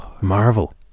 Marvel